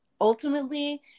ultimately